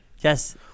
Yes